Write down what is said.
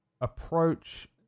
approach